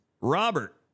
Robert